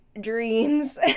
dreams